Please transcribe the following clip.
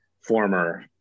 former